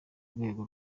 rwego